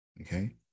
Okay